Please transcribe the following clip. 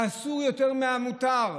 לאסור יותר מהמותר,